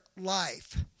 life